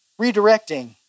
redirecting